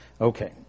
Okay